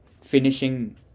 finishing